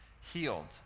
healed